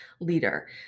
leader